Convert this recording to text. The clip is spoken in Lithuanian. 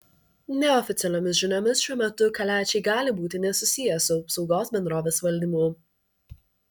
neoficialiomis žiniomis šiuo metu kaliačiai gali būti nesusiję su apsaugos bendrovės valdymu